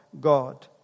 God